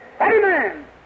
Amen